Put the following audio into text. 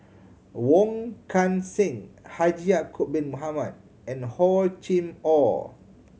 Wong Kan Seng Haji Ya'acob Bin Mohamed and Hor Chim Or